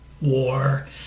war